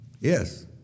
Yes